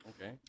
Okay